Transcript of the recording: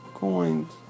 coins